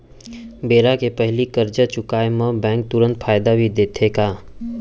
बेरा के पहिली करजा चुकोय म बैंक तुरंत फायदा भी देथे का?